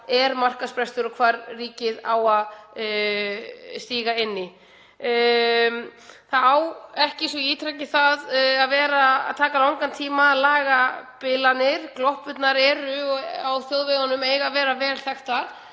er markaðsbrestur og hvar ríkið á að stíga inn í. Það á ekki, svo ég ítreki það, að taka langan tíma að laga bilanir. Gloppurnar á þjóðveginum eiga að vera vel þekktar